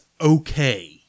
okay